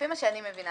לפי מה שאני מבינה,